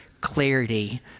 clarity